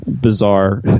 bizarre